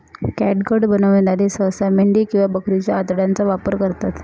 catgut बनवणारे सहसा मेंढी किंवा बकरीच्या आतड्यांचा वापर करतात